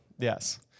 Yes